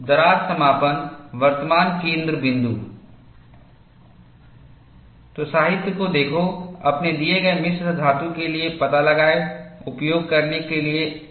दरार समापन वर्तमान केंद्र बिंदु तो साहित्य को देखो अपने दिए गए मिश्र धातु के लिए पता लगाएं उपयोग करने के लिए अनुभवजन्य संबंध क्या है